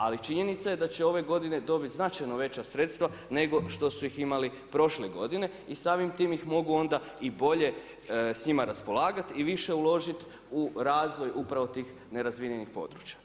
Ali, činjenica, je da će ove godine, dobiti značajna veća sredstva nego što su ih imali prošle godine i samim tim ih mogu onda i bolje s njima raspolagati i više uložiti u razvoj upravo tih nerazvijenih područja.